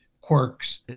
quirks